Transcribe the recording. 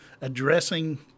addressing